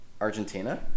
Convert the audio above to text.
Argentina